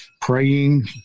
praying